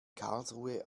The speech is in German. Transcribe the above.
karlsruhe